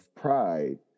pride